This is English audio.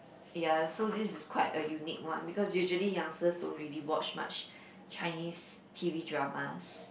ya so this is quite a unique one because usually youngsters don't really watch much Chinese T_V dramas